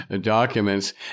documents